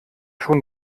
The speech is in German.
schon